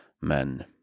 men